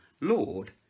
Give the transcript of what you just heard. Lord